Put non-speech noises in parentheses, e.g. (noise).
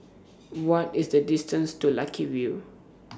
(noise) What IS The distance to Lucky View